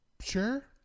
Sure